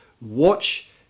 watch